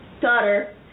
Daughter